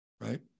right